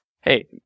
Hey